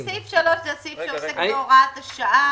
אמרנו, סעיף 3 הוא הסעיף שעוסק בהוראת השעה.